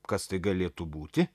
kas tai galėtų būti